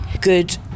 good